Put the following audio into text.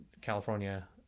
California